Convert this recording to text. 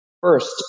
First